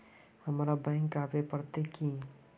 हमरा बैंक आवे पड़ते की?